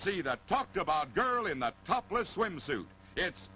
see that talked about girl in the topless swimsuit it's